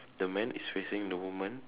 the man is facing the woman